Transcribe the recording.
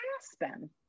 Aspen